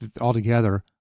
altogether